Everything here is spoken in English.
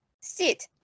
Sit